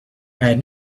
had